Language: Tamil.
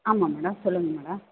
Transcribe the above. ஆமாம் மேடம் சொல்லுங்க மேடம்